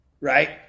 right